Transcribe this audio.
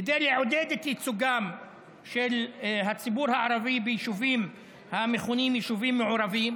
כדי לעודד את ייצוגו של הציבור הערבי ביישובים המכונים יישובים מעורבים,